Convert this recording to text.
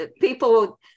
people